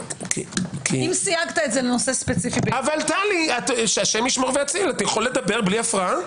-- אם סייגת את זה לנושא ספציפי- -- אפשר לדבר בלי הפרעה?